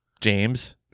james